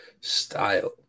style